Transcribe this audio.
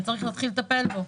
וצריך להתחיל לטפל בו.